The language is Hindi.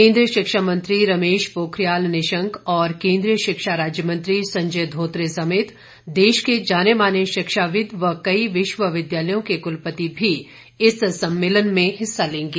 केन्द्रीय शिक्षा मंत्री रमेश पोखरियाल निशंक और केन्द्रीय शिक्षा राज्य मंत्री संजय धोत्रे समेत देश के जाने माने शिक्षाविद और कई विश्वविद्यालयों के कुलपति भी इस सम्मेलन में हिस्सा लेंगे